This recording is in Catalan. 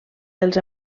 dels